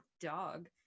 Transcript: dog